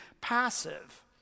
passive